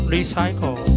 Recycle